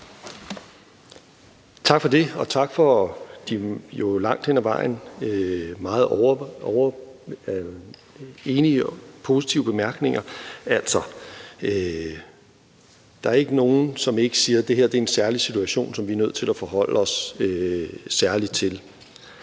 Tak for det. Og tak for de jo langt hen ad vejen meget enige og positive bemærkninger. Altså, der er ikke nogen, som ikke siger, at det her er en særlig situation, som vi er nødt til at forholde os særligt til,